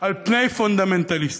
על פונדמנטליסטים.